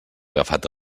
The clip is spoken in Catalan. agafat